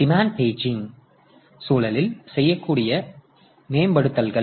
demand paging சூழலில் செய்யக்கூடிய மேம்படுத்தல்கள்